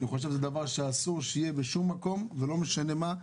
אני חושב שזה דבר שאסור שיהיה בשום מקום ולא משנה מה,